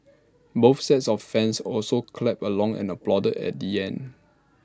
both sets of fans also clapped along and applauded at the end